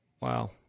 Wow